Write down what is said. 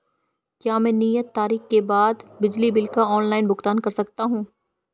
क्या मैं नियत तारीख के बाद बिजली बिल का ऑनलाइन भुगतान कर सकता हूं?